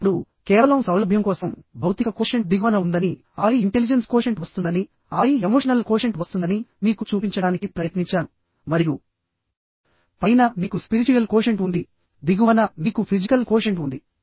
ఇప్పుడు కేవలం సౌలభ్యం కోసం భౌతిక కోషెంట్ దిగువన ఉందని ఆపై ఇంటెలిజెన్స్ కోషెంట్ వస్తుందని ఆపై ఎమోషనల్ కోషెంట్ వస్తుందని మీకు చూపించడానికి ప్రయత్నించాను మరియుపైన మీకు స్పిరిచ్యుయల్ కోషెంట్ ఉంది దిగువన మీకు ఫిజికల్ కోషెంట్ ఉంది